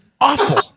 awful